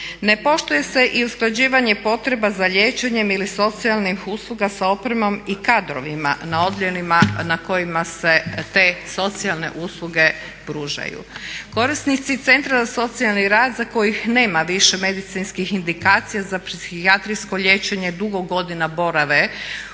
Ne poštuje se i usklađivanje potreba za liječenjem ili socijalnih usluga sa opremom i kadrovima na odjelima na kojima se te socijalne usluge pružaju. Koristi centra za socijalni rad za kojih nema više medicinskih indikacija za psihijatrijsko liječenje dugo godina borave